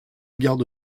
garde